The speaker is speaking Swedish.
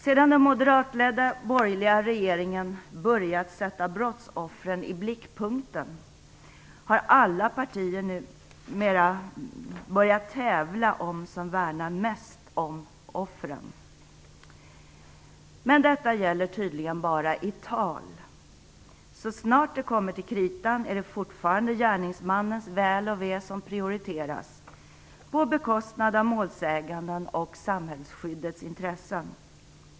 Sedan den moderatledda borgerliga regeringen börjat sätta brottsoffren i blickpunkten har alla partier numera börjat tävla om vem som värnar mest om offren. Men detta gäller tydligen bara i tal - så snart det kommer till kritan är det fortfarande gärningsmannens väl och ve som prioriteras, på bekostnad av målsägandens och samhällsskyddets intressen.